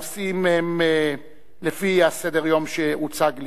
הנושאים הם לפי סדר-היום שהוצג לפניכם.